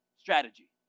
strategy